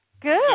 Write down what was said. Good